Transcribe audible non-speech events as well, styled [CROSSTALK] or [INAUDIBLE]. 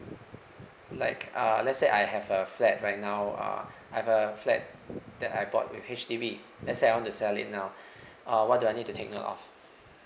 like uh let's say I have a flat right now uh I've a flat that I bought with H_D_B let's say I want to sell it now [BREATH] uh what do I need to take note of